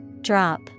Drop